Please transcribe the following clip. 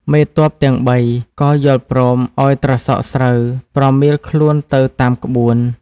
មេទ័ពទាំងបី ក៏យល់ព្រមឱ្យត្រសក់ស្រូវប្រមៀលខ្លួនទៅតាមក្បួន ។